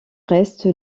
reste